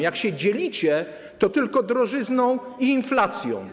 Jak się dzielicie, to tylko drożyzną i inflacją.